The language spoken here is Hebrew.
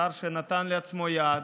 שר ששם לעצמו יעד.